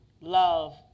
Love